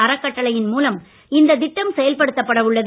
அறக்கட்டளையின் மூலம் இந்த திட்டம் செயல்படுத்தப்பட உள்ளது